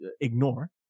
ignore